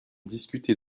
discuter